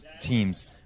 teams